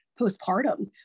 postpartum